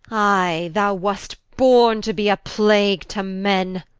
i, thou wast borne to be a plague to men